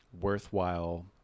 worthwhile